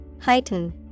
Heighten